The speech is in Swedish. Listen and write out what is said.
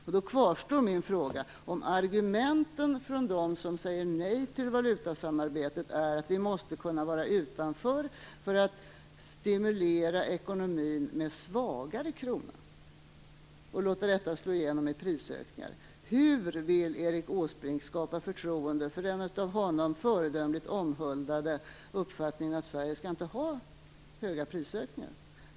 Min fråga kvarstår: Om argumenten från dem som säger nej till valutasamarbetet är att vi måste kunna vara utanför för att stimulera ekonomin med svagare krona och låta detta slå igenom i prisökningar, hur vill Erik Åsbrink skapa förtroende för den av honom föredömligt omhuldade uppfattningen att Sverige inte skall ha höga prisökningar?